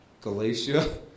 Galatia